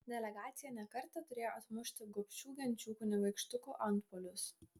delegacija ne kartą turėjo atmušti gobšių genčių kunigaikštukų antpuolius